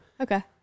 okay